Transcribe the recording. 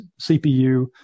CPU